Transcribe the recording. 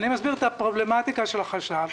אני מסביר את הפרובלמטיקה של החשב,